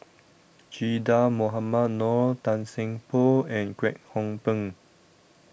Che Dah Mohamed Noor Tan Seng Poh and Kwek Hong Png